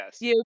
yes